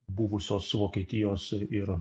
buvusios vokietijos ir